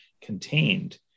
contained